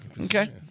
Okay